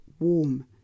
warm